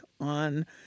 on